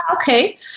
okay